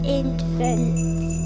infants